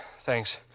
thanks